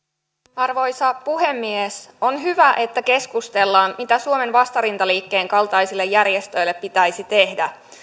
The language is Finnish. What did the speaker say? arvoisa puhemies on hyvä että keskustellaan siitä mitä suomen vastarintaliikkeen kaltaisille järjestöille pitäisi tehdä